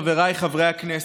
חבריי חברי הכנסת,